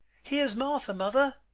here's martha, mother!